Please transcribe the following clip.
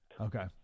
Okay